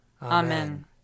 Amen